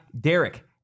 Derek